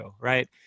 right